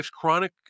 chronic